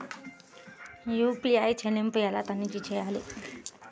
UPI చెల్లింపులు ఎలా తనిఖీ చేయాలి?